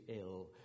ill